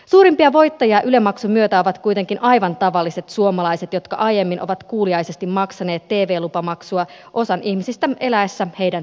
suurimpia voittajia yle maksun myötä ovat kuitenkin aivan tavalliset suomalaiset jotka aiemmin ovat kuuliaisesti maksaneet tv lupamaksua osan ihmisistä eläessä heidän siivellään